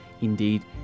Indeed